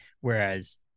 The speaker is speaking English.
whereas